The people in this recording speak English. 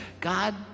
God